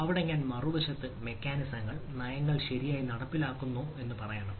അവിടെ ഞാൻ മറുവശത്ത് മെക്കാനിസങ്ങൾ നയങ്ങൾ ശരിയായി നടപ്പിലാക്കുന്നു എന്ന് പറയണം